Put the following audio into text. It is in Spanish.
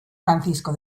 francisco